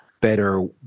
better